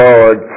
Lord